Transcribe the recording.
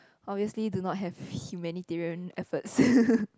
obviously do not have humanitarian effort